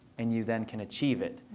and you then can achieve it.